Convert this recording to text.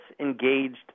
engaged